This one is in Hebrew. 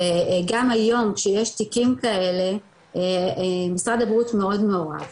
וגם היום שיש תיקים כאלה משרד הבריאות מאוד מעורב,